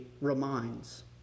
reminds